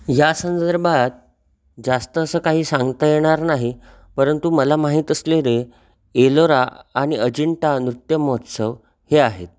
या संदर्भात जास्त असं काही सांगता येणार नाही परंतु मला माहीत असलेले एलोरा आणि अजिंठा नृत्य महोत्सव हे आहेत